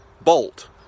Bolt